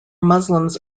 muslims